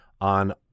on